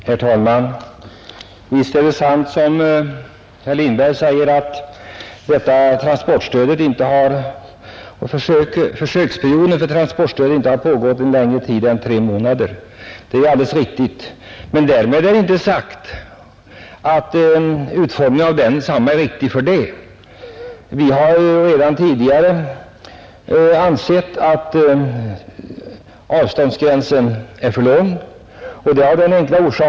Herr talman! Visst är det sant som herr Lindberg säger att försöken med transportstöd inte har pågått i längre tid än tre månader, men därmed är inte sagt att utformningen av det är riktig. Vi har redan tidigare framhållit att vi anser att avståndet 300 km är en alltför lång sträcka för att vara gräns.